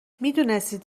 میدونستید